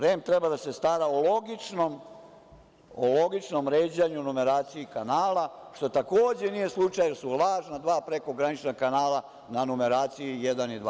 REM treba da se stara o logičnom ređanju, numeraciji kanala, što takođe nije slučaj, jer su lažna dva prekogranična kanala na numeraciji 1. i 2. Hvala.